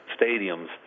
stadiums